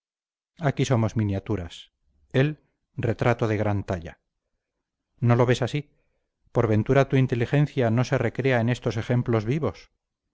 aquí somos miniaturas él retrato de gran talla no lo ves así por ventura tu inteligencia no se recrea en estos ejemplos vivos